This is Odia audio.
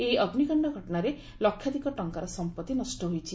ଏହି ଅଗ୍ରିକାଣ୍ଡ ଘଟଣାରେ ଲକ୍ଷାଧିକ ଟଙ୍କାର ସଂପତ୍ତି ନଷ୍ ହୋଇଛି